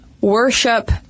worship